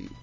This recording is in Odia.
ମିଚେଲ୍